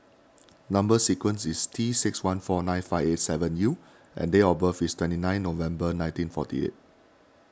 Number Sequence is T six one four nine five eight seven U and date of birth is twenty nine November nineteen forty eight